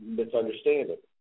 misunderstanding